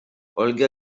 olga